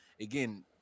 again